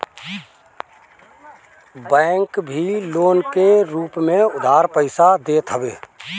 bank भी loan के रूप में उधार पईसा देत हवे